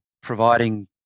providing